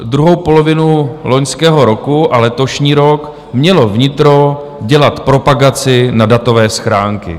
Druhou polovinu loňského roku a letošní rok mělo vnitro dělat propagaci na datové schránky.